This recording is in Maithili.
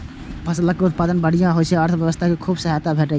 फसलक उत्पादन बढ़िया होइ सं अर्थव्यवस्था कें खूब सहायता भेटै छै